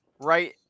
right